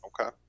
Okay